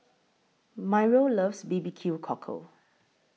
Myrl loves B B Q Cockle